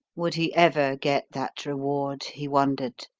would he ever get that reward? he wondered.